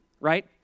right